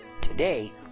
Today